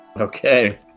Okay